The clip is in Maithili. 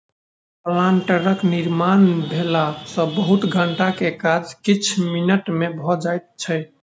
प्लांटरक निर्माण भेला सॅ बहुत घंटा के काज किछ मिनट मे भ जाइत छै